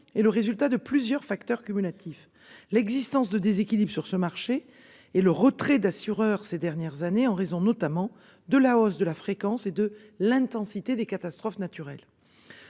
est le résultat de plusieurs facteurs cumulatifs l'existence de déséquilibre sur ce marché et le retrait d'assureurs, ces dernières années, en raison notamment de la hausse de la fréquence et de l'intensité des catastrophes naturelles.